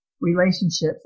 relationships